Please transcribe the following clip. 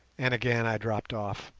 and again i dropped off.